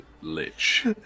Lich